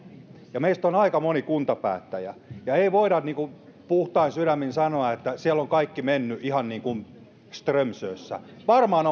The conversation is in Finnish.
meistä aika moni on kuntapäättäjä ja ei voi puhtain sydämin sanoa että siellä on kaikki mennyt ihan niin kuin strömsössä varmaan